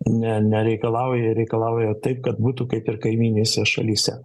ne nereikalauja reikalauja taip kad būtų kaip ir kaimyninėse šalyse